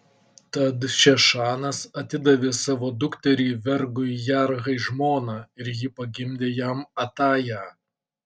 tad šešanas atidavė savo dukterį vergui jarhai žmona ir ji pagimdė jam atają